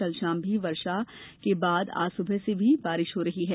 कल शाम भी भारी वर्षा के बाद आज सुबह से भी बारिश हो रही है